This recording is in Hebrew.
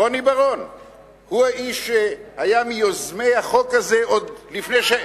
רוני בר-און האיש שהיה מיוזמי החוק הזה עוד לפני,